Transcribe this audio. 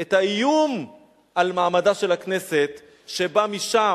את האיום על מעמדה של הכנסת שבא משם.